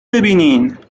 ببینین